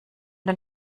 den